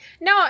No